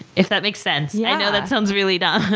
if that makes sense. yeah i know that sounds really dumb.